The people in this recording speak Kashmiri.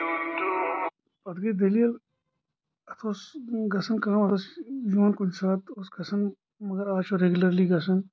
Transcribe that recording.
اَتھ گٔے دٔلیٖل اَتھ ٲس گَژَھان کٲم اَتھ ٲس یِوَان کُنہِ ساتہٕ اوس گَژَھان مگر آز چُھ ریٚگیٚولَرلی گَژَھان